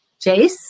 Jace